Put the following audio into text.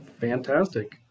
Fantastic